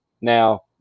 Now